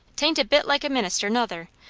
tain't a bit like a minister, nother,